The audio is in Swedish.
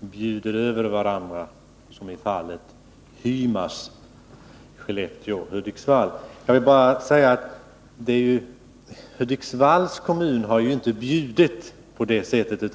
bjuder över varandra så som Skellefteå och Hudiksvall gör i fallet Hymas. Jag vill bara framhålla att Hudiksvalls kommun inte har bjudit på det sättet.